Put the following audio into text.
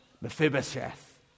Mephibosheth